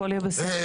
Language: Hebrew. הכל יהיה בסדר.